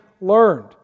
learned